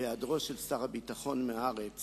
בהיעדרו של שר הביטחון מהארץ